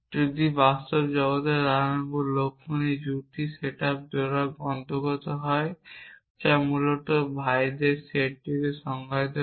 যদি বাস্তব জগতে রাম এবং লক্ষ্মণ এই জুটি সেট আপ জোড়ার অন্তর্গত হয় যা মূলত ভাইদের সেটকে সংজ্ঞায়িত করে